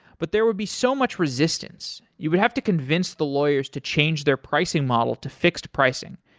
but there would be so much resistance. you would have to convince the lawyers to change their pricing model to fixed pricing,